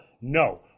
No